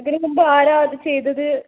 ഇതിന് മുമ്പ് ആരാ അത് ചെയ്തത്